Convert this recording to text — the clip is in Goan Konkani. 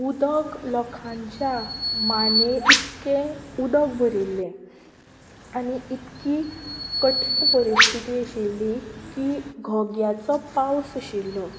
उदक लोकांच्या माने इतकें उदक भरिल्लें आनी इतकी कठीण परिस्थिती आशिल्ली की घोग्यांचो पावस आशिल्लो